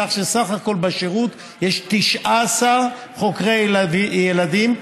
כך שסך הכול בשירות יש 19 חוקרי ילדים,